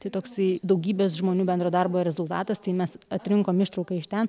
tai toksai daugybės žmonių bendro darbo rezultatas tai mes atrinkom ištrauką iš ten